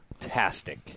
fantastic